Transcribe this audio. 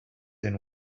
and